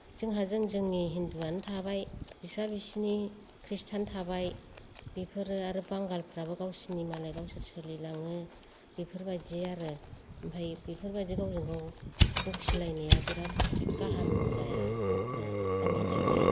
जोंहा जों जोंनि हिन्दुआनो थाबाय बिस्रा बिसोरनि खृष्टियान थाबाय बेफोरो आरो बांगालफ्राबो गावसोरनि मालाय गावसोर सोलिलाङो बेफोरबायदि आरो ओमफाय बेफोरबायदि गावजों गाव बखिलायनाया बिराद गाहाम जाया आरो आंनि थाखाय